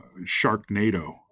Sharknado